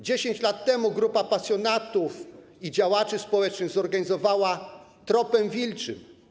10 lat temu grupa pasjonatów i działaczy społecznych zorganizowała Tropem Wilczym.